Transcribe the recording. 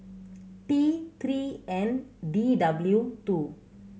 T Three N D W two